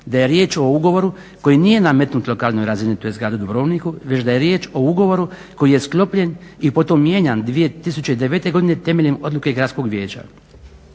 da je riječ o ugovoru koji nije nametnut lokalnoj razini tj. gradu Dubrovniku već da je riječ o ugovoru koji je sklopljen i potom mijenjan 2009. godine temeljem odluke Gradskog vijeća.